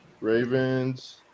Ravens